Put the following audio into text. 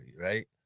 right